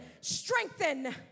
strengthen